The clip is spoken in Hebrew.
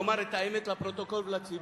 תאמר את האמת לפרוטוקול ולציבור.